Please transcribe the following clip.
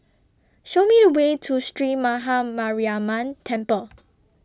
Show Me The Way to Sree Maha Mariamman Temple